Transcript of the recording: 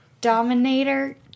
Dominator